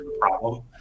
problem